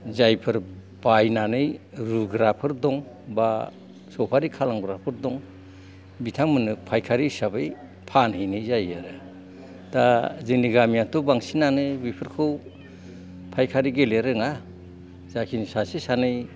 जायफोर बायनानै रुग्राफोर दं बा सफारि खालामग्राफोर दं बिथांमोननो फाइखारि हिसाबै फानहैनाय जायो आरो दा जोंनि गामियाथ' बांसिनानो बेफोरखौ फायखारि गेले रोङा जा खिनि सासे सानै